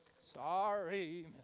Sorry